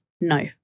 no